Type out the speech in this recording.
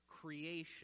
creation